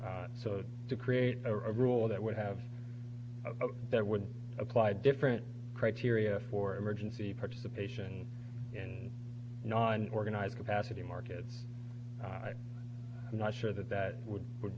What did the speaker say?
t so to create a rule that would have that would apply different criteria for emergency participation in non organized capacity market i'm not sure that that would